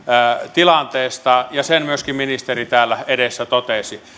tilanteesta ja sen myöskin ministeri täällä edessä totesi